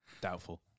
Doubtful